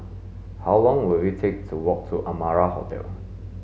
how long will it take to walk to Amara Hotel